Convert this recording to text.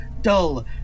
dull